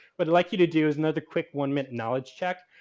but like you to do is another quick one minute knowledge check.